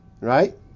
right